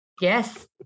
Yes